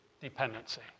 dependency